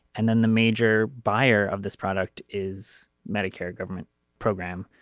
and then the major buyer of this product is medicare a government program.